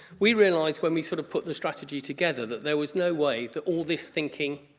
we realized when we sort of put the strategy together that there was no way that all this thinking,